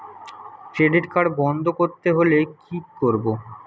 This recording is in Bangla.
ক্রেডিট কার্ড বন্ধ করতে হলে কি করব?